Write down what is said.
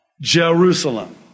Jerusalem